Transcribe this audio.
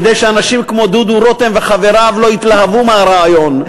כדי שאנשים כמו דודו רותם וחבריו לא יתלהבו מהרעיון.